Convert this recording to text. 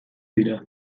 dira